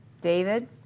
David